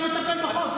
אתה לא מטפל בחוק.